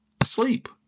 Asleep